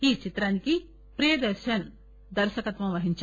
ఈ చిత్రానికి ప్రియదర్నస్ దర్శకత్వం వహించారు